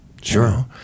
Sure